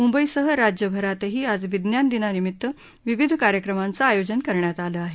मुंबईसह राज्यभरातही आज विज्ञान दिनानिमित्त विविध कार्यक्रमांचं आयोजन करण्यात आलं आहे